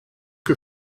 que